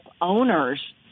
owners